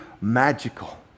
magical